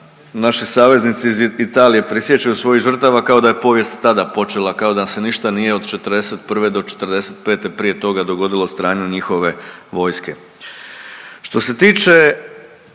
naši saveznici iz Italije prisjećaju svojih žrtava kao da je povijest tada počela, kao da se ništa nije od '41. do '45. prije toga dogodilo od strane njihove vojske. Što se tiče